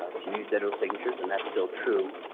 ah to use digital signatures and that's still true.